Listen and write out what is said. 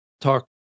talk